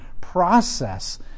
process